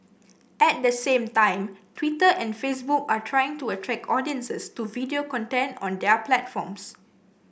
at the same time Twitter and Facebook are trying to attract audiences to video content on their platforms